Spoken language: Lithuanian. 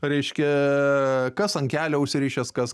reiškia kas ant kelio užsirišęs kas